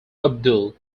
abdul